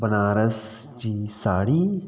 बनारस जी साड़ी